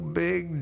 big